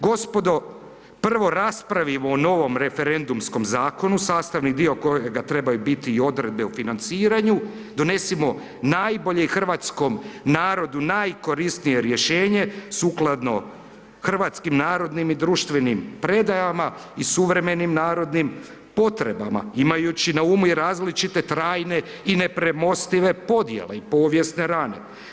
Gospodo, prvo raspravimo o novom referendumskom Zakonu, sastavni dio kojega trebaju biti i Odredbe o financiranju, donesimo najbolje hrvatskom narodu, najkorisnije rješenje sukladno hrvatskim, narodnim i društvenim predajama i suvremenim narodnim potrebama, imajući na umu i različite trajne i nepremostive podjele i povijesne rane.